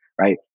right